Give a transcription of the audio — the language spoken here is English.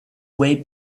way